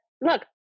Look